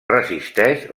resisteix